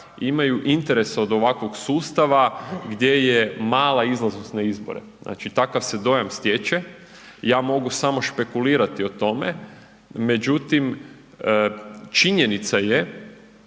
imaj interes od ovog sustava gdje je mala izlaznost na izbore, znači takav se dojam stječe. Ja mogu samo špekulirati o tome međutim činjenica je